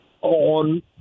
on